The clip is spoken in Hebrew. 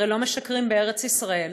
והרי לא משקרים בארץ ישראל.